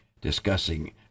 discussing